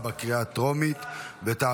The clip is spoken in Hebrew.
של